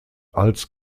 als